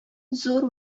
зур